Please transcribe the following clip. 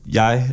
jeg